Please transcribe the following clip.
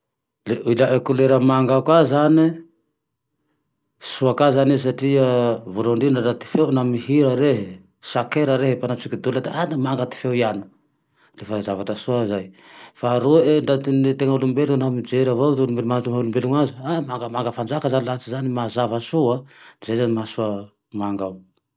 Le ilae kolera manga io ka zane sao ka satria voahan'indrindra na ty feo naho mihira rehe chaque chœur rehe anaty idôla le manga feo ti iano, lefa zavatra soa zay, faharoae ndra ty tena olombelone laha mijery avao amy ty mahatonga olom-belon'azy, mangamanga fanjaka zane lahatsy zane mazava soa, zay zane mahaso amanga ao.